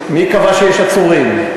מי קבע שיש עצורים?